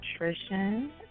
Nutrition